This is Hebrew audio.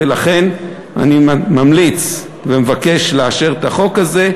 ולכן אני ממליץ ומבקש לאשר את החוק הזה,